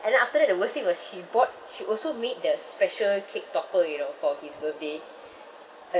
and then after that the worst thing was she bought she also made the special cake topper you know for his birthday her